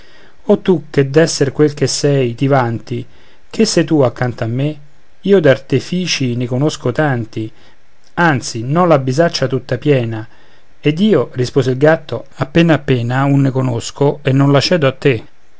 o tu che d'esser quel che sei ti vanti che sei tu accanto a me io d'artifici ne conosco tanti anzi n'ho la bisaccia tutta piena ed io rispose il gatto appena appena un ne conosco e non la cedo a te